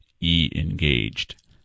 E-engaged